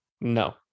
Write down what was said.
No